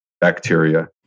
bacteria